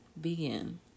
begin